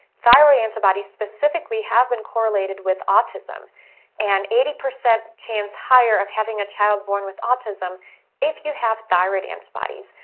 thyroid antibodies specifically have been correlated with autism and eighty percent chance higher of having a child born with autism if you have thyroid antibodies.